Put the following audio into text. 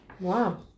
Wow